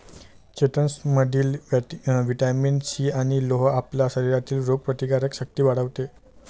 चेस्टनटमधील vitamin C आणि लोह आपल्या शरीरातील रोगप्रतिकारक शक्ती वाढवते